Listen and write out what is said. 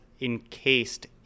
encased